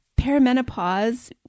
perimenopause